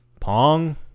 Pong